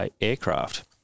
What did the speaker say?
aircraft